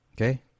Okay